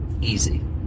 Easy